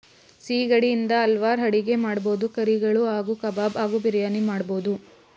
ಸಿಗಡಿ ಇಂದ ಹಲ್ವಾರ್ ಅಡಿಗೆ ಮಾಡ್ಬೋದು ಕರಿಗಳು ಹಾಗೂ ಕಬಾಬ್ ಹಾಗೂ ಬಿರಿಯಾನಿ ಮಾಡ್ಬೋದು